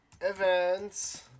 events